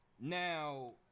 Now